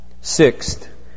Sixth